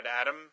Adam